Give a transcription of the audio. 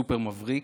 סופר מבריק.